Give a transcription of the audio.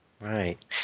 Right